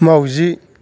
माउजि